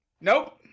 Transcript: nope